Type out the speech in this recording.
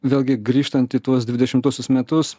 vėlgi grįžtant į tuos dvidešimtuosius metus